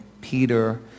Peter